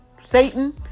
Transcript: Satan